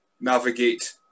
navigate